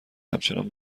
همچنان